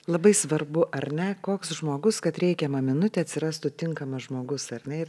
labai svarbu ar ne koks žmogus kad reikiamą minutę atsirastų tinkamas žmogus ar ne ir